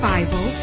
Bible